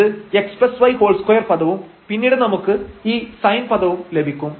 ഇത് xy2 പദവും പിന്നീട് നമുക്ക് ഈ sin പദവും ലഭിക്കും